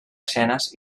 escenes